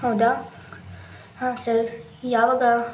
ಹೌದಾ ಹಾಂ ಸರ್ ಯಾವಾಗ